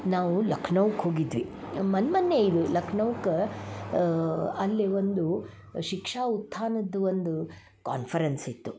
ನಾವು ಲಕ್ನೋವ್ಕ ಹೋಗಿದ್ವಿ ಮನ್ ಮೊನ್ನೆ ಇದು ಲಕ್ನೋವ್ಕ ಅಲ್ಲಿ ಒಂದು ಶಿಕ್ಷಾ ಉತ್ತಾನದ ಒಂದು ಕಾನ್ಪರೆನ್ಸ್ ಇತ್ತು